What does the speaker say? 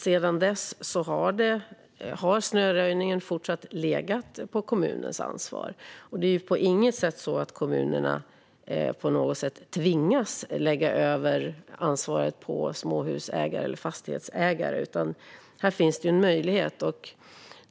Sedan dess har snöröjningen fortsatt varit kommunens ansvar. Det är inte så att kommunerna på något sätt tvingas att lägga över ansvaret på småhusägare eller fastighetsägare, utan här finns en möjlighet.